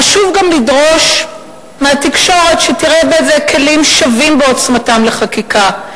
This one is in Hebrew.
חשוב גם לדרוש מהתקשורת שתראה בזה כלים שווים בעוצמתם לחקיקה,